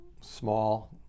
small